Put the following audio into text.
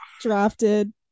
drafted